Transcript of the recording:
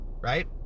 right